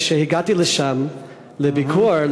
כשהגעתי לשם לביקור,